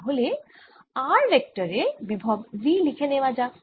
তাহলে r vector এ বিভব V লিখে নেওয়া যাক